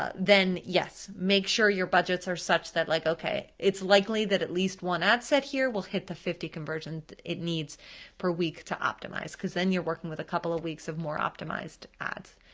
ah then, yes, make sure your budgets are such that like, okay, it's likely that at least one ad set here will hit the fifty conversions it needs per week to optimize, cause then you're working with a couple of weeks of more optimized ads.